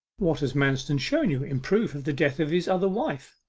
what has manston shown you in proof of the death of his other wife?